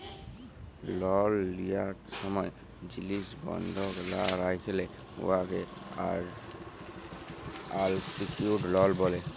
লল লিয়ার ছময় জিলিস বল্ধক লা রাইখলে উয়াকে আলসিকিউর্ড লল ব্যলে